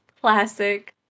Classic